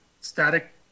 static